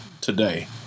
today